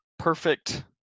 perfect